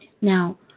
Now